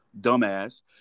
Dumbass